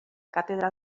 càtedra